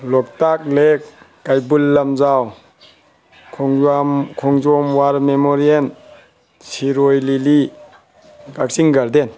Loktak lake Keibul Lamjao Khongjom war memorial Shirui lily Kakching garden